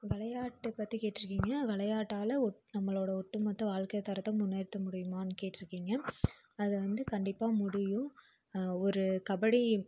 விளையாட்டை பற்றி கேட்டுருக்கீங்க விளையாட்டால நம்மளோட ஒட்டு மொத்த வாழ்க்கை தரத்தை முன்னேற்ற முடியுமான்னு கேட்டுருக்கீங்க அதை வந்து கண்டிப்பாக முடியும் ஒரு கபடி